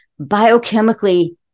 biochemically